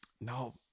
No